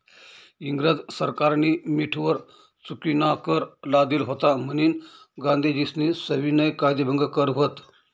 इंग्रज सरकारनी मीठवर चुकीनाकर लादेल व्हता म्हनीन गांधीजीस्नी सविनय कायदेभंग कर व्हत